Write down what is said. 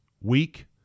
weak